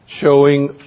showing